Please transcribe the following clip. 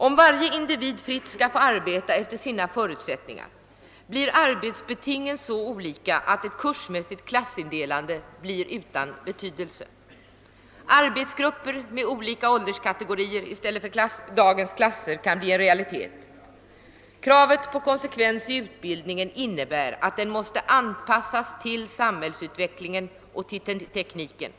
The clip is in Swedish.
Om varje individ fritt skall få arbeta efter sina förusättningar blir arbetsbetingen så olika att ett kursmässigt klassindelande blir utan betydelse. Arbetsgrupper med olika ålderskategorier i stället för dagens klasser kan bli en realitet. Kraven på konsekvens i utbildningen innebär att den måste anpassas till samhällsutvecklingen och = tekniken.